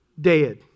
dead